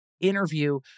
interview